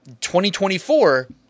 2024